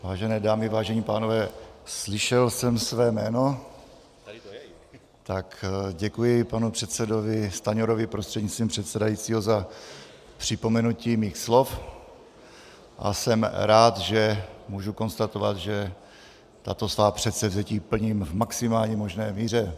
Vážené dámy, vážení pánové, slyšel jsem své jméno, tak děkuji panu předsedovi Stanjurovi prostřednictvím předsedajícího za připomenutí mých slov a jsem rád, že můžu konstatovat, že tato svá předsevzetí plním v maximální možné míře.